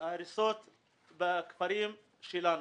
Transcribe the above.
ההריסות בכפרים שלנו.